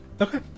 Okay